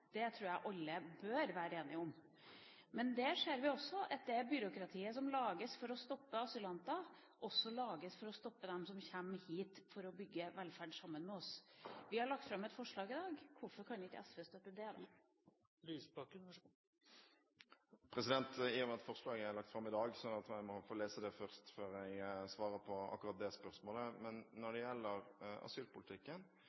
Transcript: Det tror jeg alle bør være enige om. Men her ser vi at det byråkratiet som lages for å stoppe asylanter, også lages for å stoppe dem som kommer hit for å bygge velferd sammen med oss. Vi har lagt fram et forslag i dag – hvorfor kan ikke SV støtte det? I og med at forslaget er lagt fram i dag, må jeg få lese det før jeg svarer på akkurat det spørsmålet. Når